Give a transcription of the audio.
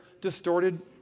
distorted